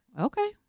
Okay